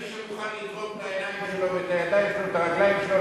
אם מישהו מוכן לתרום את העיניים שלו ואת הידיים ואת הרגליים שלו,